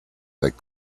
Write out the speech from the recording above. that